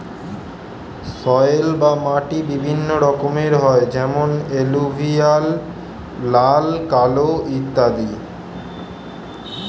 soil বা মাটি বিভিন্ন রকমের হয় যেমন এলুভিয়াল, লাল, কালো ইত্যাদি